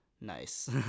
nice